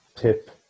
tip